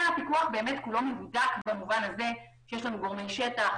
הפיקוח כולו מהודק במובן הזה שיש לנו גורמי שטח,